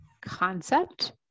concept